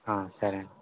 సరే అండి